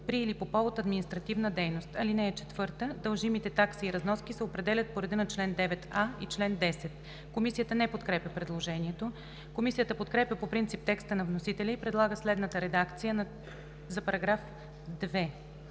при или по повод административна дейност. (4) Дължимите такси и разноски се определят по реда на чл. 9а и чл. 10.“ Комисията не подкрепя предложението. Комисията подкрепя по принцип текста на вносителя и предлага следната редакция за § 2: „§ 2.